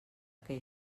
que